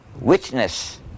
witness